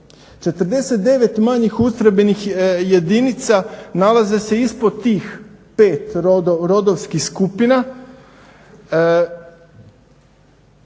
49 manjih ustrojbenih jedinica nalaze se ispod tih 5 rodovskih skupina.